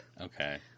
Okay